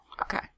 Okay